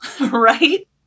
right